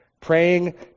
Praying